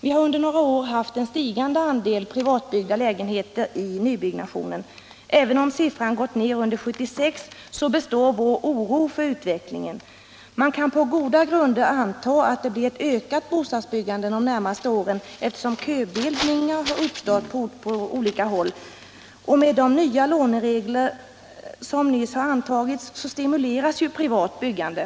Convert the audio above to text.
Vi har under några år haft en stigande andel privatbyggda lägenheter i nybyggnationen. Även om siffran under 1976 gått ner, så består vår oro för utvecklingen. Man kan på goda grunder anta att det blir ett ökat bostadsbyggande de närmaste åren, eftersom köbildning uppstått på olika håll. Med de nya låneregler, som nyligen har antagits, stimuleras privat byggande.